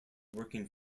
working